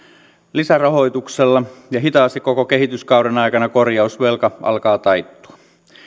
lisärahoituksella ja hitaasti koko kehityskauden aikana korjausvelka alkaa taittua